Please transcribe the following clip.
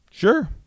Sure